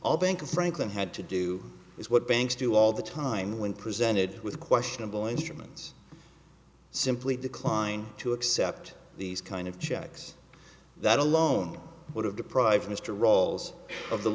all bank of franklin had to do is what banks do all the time when presented with questionable instruments simply decline to accept these kind of checks that alone would have deprived mr ralls of the